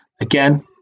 again